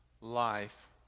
life